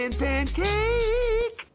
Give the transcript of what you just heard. pancake